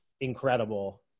incredible